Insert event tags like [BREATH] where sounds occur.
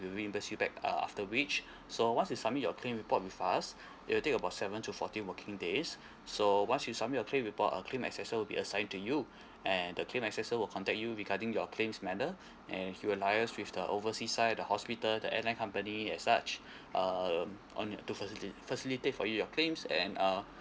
we reimburse you back uh after which [BREATH] so once you submit your claim report with us [BREATH] it will take about seven to fourteen working days [BREATH] so once you submit your claim report a claim assessor will be assigned to you [BREATH] and the claim assessor will contact you regarding your claims matter [BREATH] and he will liaise with the overseas side the hospital the airline company at such [BREATH] um on your two firstly firstly take for you your claims and uh